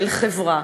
של חברה,